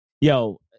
yo